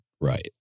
right